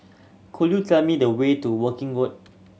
could you tell me the way to Woking